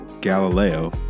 Galileo